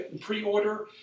pre-order